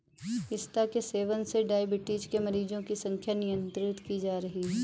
पिस्ता के सेवन से डाइबिटीज के मरीजों की संख्या नियंत्रित की जा रही है